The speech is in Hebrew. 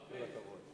מוותר.